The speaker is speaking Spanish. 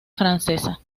francesa